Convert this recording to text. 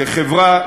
כחברה,